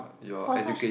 for such